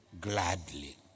gladly